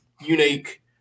unique